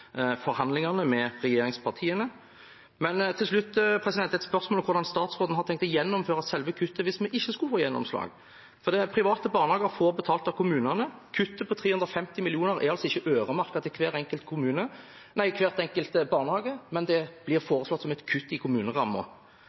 forhandlingene med regjeringspartiene. Til slutt har jeg et spørsmål om hvordan statsråden har tenkt å gjennomføre selve kuttet hvis vi ikke skulle få gjennomslag. Private barnehager får betalt av kommunene. Kuttet på 350 mill. kr er altså ikke øremerket hver enkelt barnehage, men blir foreslått som et kutt i